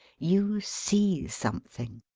you see something.